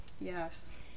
Yes